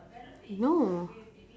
no